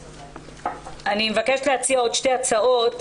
אני מבקשת להציע עוד שתי הצעות,